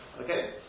Okay